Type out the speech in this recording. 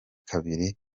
kabiri